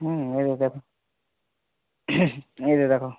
ହୁଁ ଏଇଟା ଦେଖ ଏଇଟା ଦେଖ